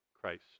Christ